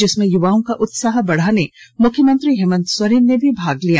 जिसमें युवाओं का उत्साह बढ़ाने मुख्यमंत्री हेमंत सोरेन ने भी भाग लिया